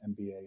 MBA